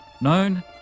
known